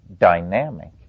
dynamic